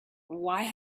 why